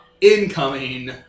incoming